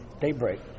daybreak